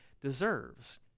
deserves